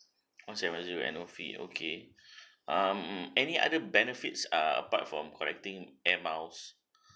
annual fee okay um any other benefits err apart from collecting air miles